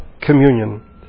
communion